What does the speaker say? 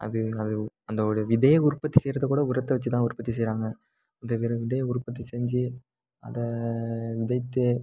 அது அது அந்த ஒரு விதையை உற்பத்தி செய்கிறதுக்கூட உரத்தை வச்சுதான் உற்பத்தி செய்கிறாங்க இந்த விர் விதையை உற்பத்தி செஞ்சு அதை விதைத்து